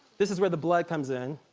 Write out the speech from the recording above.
this is where the blood comes in.